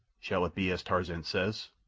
shall it be as tarzan says?